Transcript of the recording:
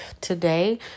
today